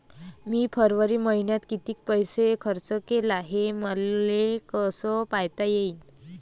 मी फरवरी मईन्यात कितीक पैसा खर्च केला, हे मले कसे पायता येईल?